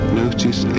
notice